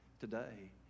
today